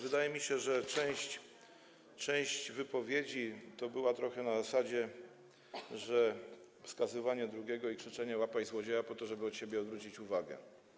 Wydaje mi się zresztą, że część wypowiedzi była trochę na zasadzie wskazywania drugiego i krzyczenia: łap złodzieja po to, żeby od siebie odwrócić uwagę.